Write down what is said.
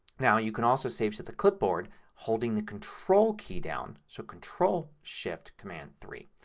now you can also save to the clipboard holding the control key down. so control shift command three.